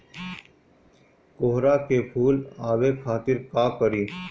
कोहड़ा में फुल आवे खातिर का करी?